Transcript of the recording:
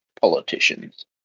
politicians